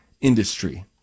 industry